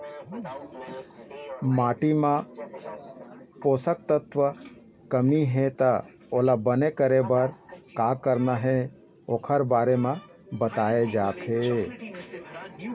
माटी म पोसक तत्व कमती हे त ओला बने करे बर का करना हे ओखर बारे म बताए जाथे